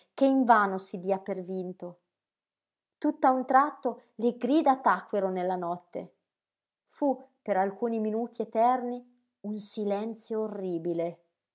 che invano si dia per vinto tutt'a un tratto le grida tacquero nella notte fu per alcuni minuti eterni un silenzio orribile